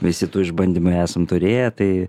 visi tų išbandymų esam turėję tai